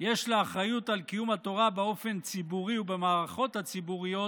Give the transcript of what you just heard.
יש לה אחריות על קיום התורה באופן ציבורי ובמערכות הציבוריות,